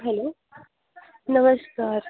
hello नमस्कार